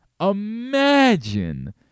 imagine